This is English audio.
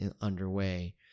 underway